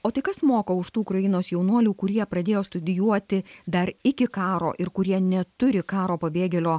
o tai kas moka už tų ukrainos jaunuolių kurie pradėjo studijuoti dar iki karo ir kurie neturi karo pabėgėlio